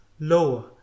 lower